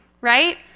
right